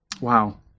wow